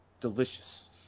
delicious